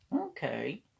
Okay